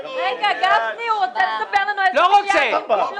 גם אנחנו נצא להתייעצות.